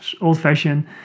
old-fashioned